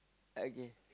okay